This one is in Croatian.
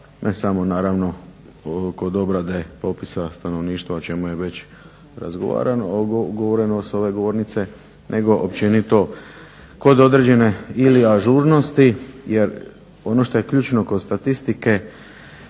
ne samo naravno kod obrade popisa stanovništva o čemu je već govoreno s ove govornice, nego općenito kod određene ili ažurnosti. Jer ono što je ključno kod statistike